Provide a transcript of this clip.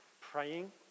praying